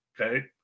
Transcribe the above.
okay